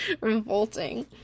revolting